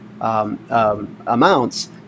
amounts